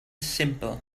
simple